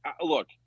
look